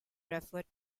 referred